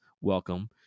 welcome